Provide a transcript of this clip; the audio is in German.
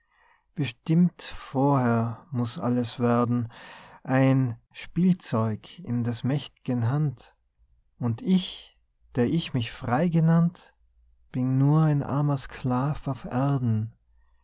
bestimmt vorher muß alles werden ein spielzeug in des mächt'gen hand und ich der ich mich frei genannt bin nur ein armer sklav auf erden